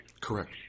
Correct